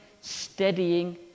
steadying